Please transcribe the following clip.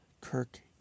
Kirk